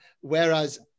Whereas